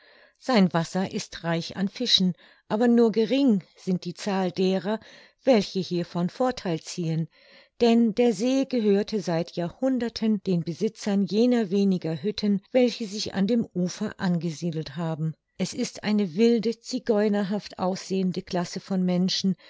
sein wasser ist reich an fischen aber nur gering sind die zahl derer welche hiervon vortheil ziehen denn der see gehörte seit jahrhunderten den besitzern jener wenigen hütten welche sich an dem ufer angesiedelt haben es ist eine wilde zigeunerhaft aussehende klasse von menschen